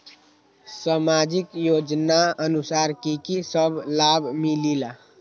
समाजिक योजनानुसार कि कि सब लाब मिलीला?